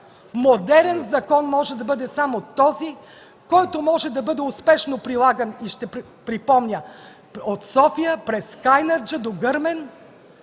Модерен закон може да бъде само този, който може да бъде успешно прилаган – ще припомня – от София през Кайнарджа до Гърмен.